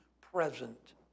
present